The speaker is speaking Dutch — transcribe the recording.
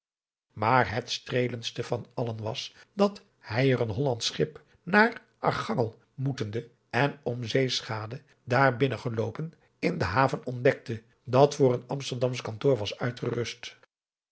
maar het streelendste van allen was dat hij er een hollandsch schip naar archangel moetende en om zeeschade daar binnen geloopen in de haven ontdekte dat voor een amsterdamsch kantoor was uitgerust